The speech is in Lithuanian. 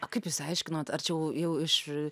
o kaip jūs aiškinot ar čia jau jau iš i